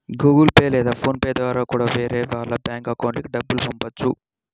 Google Pay లేదా PhonePe ద్వారా కూడా వేరే వాళ్ళ బ్యేంకు అకౌంట్లకి డబ్బుల్ని పంపొచ్చు